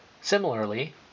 Similarly